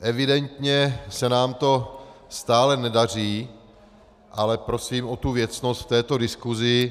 Evidentně se nám to stále nedaří, ale prosím o věcnost v této diskusi.